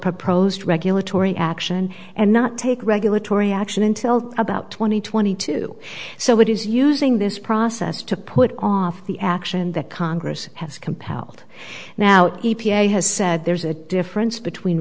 pros regulatory action and not take regulatory action until about twenty twenty two so it is using this process to put off the action that congress has compelled now e p a has said there's a difference between